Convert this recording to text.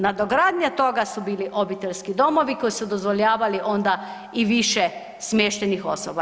Nadogradnja toga su bili obiteljski domovi koji su dozvoljavali onda i više smještenih osoba.